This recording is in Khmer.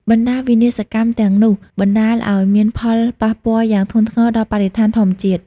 បណ្តាវិនាសកម្មទាំងនោះ បណ្តាលឲ្យមានផលប៉ះពាល់យ៉ាងធ្ងន់ធ្ងរដល់បរិស្ថានធម្មជាតិ។